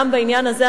גם בעניין הזה,